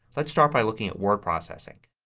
let's start by looking at word processing.